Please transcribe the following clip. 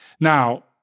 Now